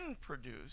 produced